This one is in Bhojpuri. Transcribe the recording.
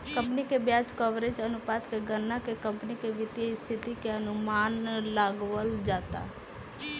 कंपनी के ब्याज कवरेज अनुपात के गणना के कंपनी के वित्तीय स्थिति के अनुमान लगावल जाता